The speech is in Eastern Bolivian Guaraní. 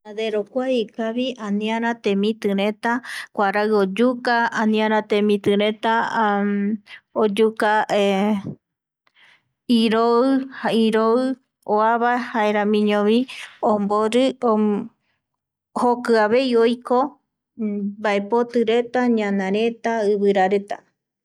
Ikavi aniara temitireta kuarai oyuka aniara temitireta oyuka iroi, iroi oava jaeramiño vi ombori jokiavei oiko mbaepotireta ñanareta ivirareta